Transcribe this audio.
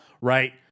right